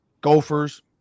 Gophers